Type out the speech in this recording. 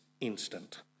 instant